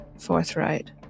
forthright